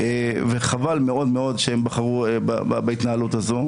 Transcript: וחבל מאוד מאוד שהם בחרו בהתנהלות הזו.